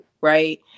Right